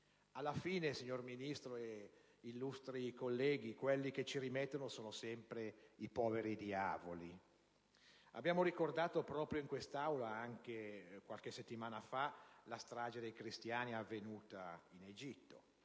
Alla fine, signor Ministro e illustri colleghi, quelli che ci rimettono sono sempre i poveri diavoli. Abbiamo ricordato proprio in quest'Aula qualche settimana fa la strage dei cristiani avvenuta in Egitto.